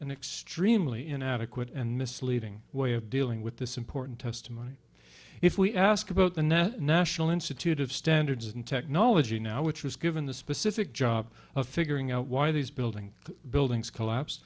an extremely inadequate and misleading way of dealing with this important testimony if we ask about the net national institute of standards and technology now which was given the specific job of figuring out why these building buildings collapsed